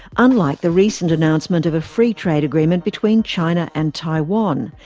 unlike the recent announcement of a free trade agreement between china and taiwan,